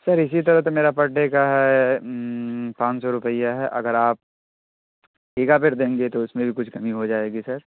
سر اسی طرح تو میرا پر ڈے کا ہے پانچ سو روپیے ہے اگر آپ ٹھیکہ پر دیں گے تو اس میں بھی کچھ کمی ہو جائے گی سر